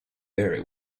very